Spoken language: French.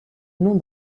nom